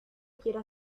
quiera